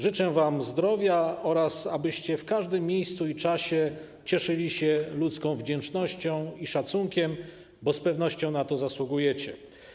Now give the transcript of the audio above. Życzę wam zdrowia oraz tego, abyście w każdym miejscu i czasie cieszyli się ludzką wdzięcznością i szacunkiem, bo z pewnością na to zasługujecie.